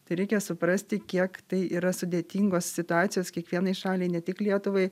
tai reikia suprasti kiek tai yra sudėtingos situacijos kiekvienai šaliai ne tik lietuvai